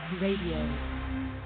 Radio